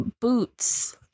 boots